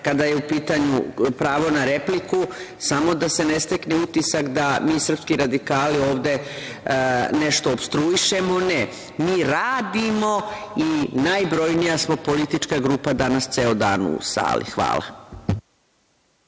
kada je u pitanju pravo na repliku, samo da se ne stekne utisak da mi srpski radikali ovde nešto opstruišemo. Ne, mi radimo i najbrojnija smo politička grupa danas ceo dan u sali. Hvala.